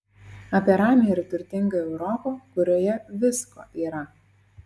apie ramią ir turtingą europą kurioje visko yra